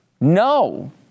no